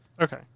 Okay